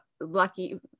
lucky